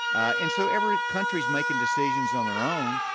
and so every country is making decisions on their own.